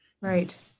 Right